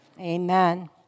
Amen